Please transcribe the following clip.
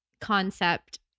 concept